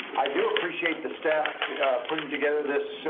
i do appreciate the staff putting together this,